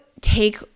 take